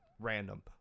random